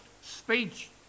speech